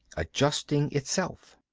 adjusting itself.